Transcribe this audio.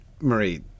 Marie